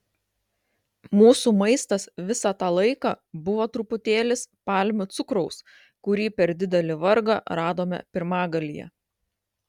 mūsų maistas visą tą laiką buvo truputėlis palmių cukraus kurį per didelį vargą radome pirmagalyje